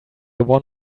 one